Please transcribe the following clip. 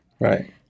Right